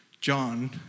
John